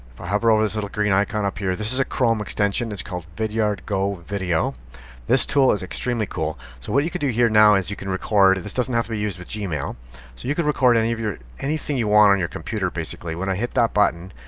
i hover over this little green icon up here. this is a chrome extension it's called vidyard go video this tool is extremely cool. so what you could do here now is you can record and this doesn't have to be used with gmail. so you can record any of your anything you want on your computer. basically when i hit that button,